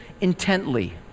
intently